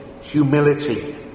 Humility